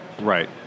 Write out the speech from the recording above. Right